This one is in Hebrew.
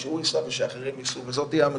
ושהוא ייסע ושאחרים ייסעו וזו תהיה המציאות.